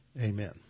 Amen